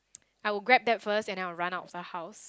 I would grab that first and then I'd run out of the house